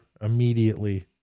immediately